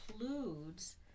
includes